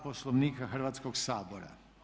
Poslovnika Hrvatskog sabora.